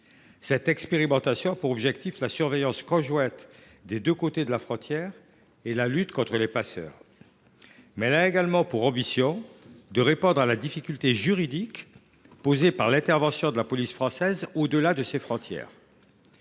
Cette expérimentation a pour objectif la surveillance conjointe des deux côtés de la frontière et la lutte contre les passeurs. Elle a également pour ambition de répondre à la difficulté juridique posée par l’intervention de la police française au delà de ses frontières.